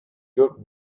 good